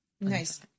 Nice